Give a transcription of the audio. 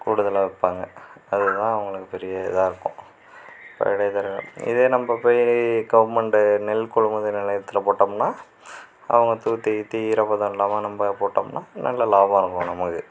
கூடுதலாக விற்பாங்க அது தான் அவங்களுக்கு பெரிய இதாக இருக்கும் இப்போ இடைத்தரகர்கள் இதே நம்ம போய் கவர்மெண்ட் நெல் கொள்முதல் நிலையத்தில் போட்டோம்னா அவங்க தூத்தி கீத்தி ஈரப்பதம் இல்லாமல் நம்ம போட்டோம்னால் நல்ல லாபம் இருக்கும் நமக்கு